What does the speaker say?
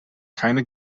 keine